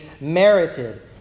merited